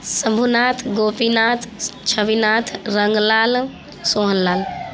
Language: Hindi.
शंभूनाथ गोपीनाथ छविनाथ रंगलाल सोहनलाल